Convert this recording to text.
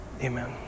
Amen